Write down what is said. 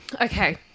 Okay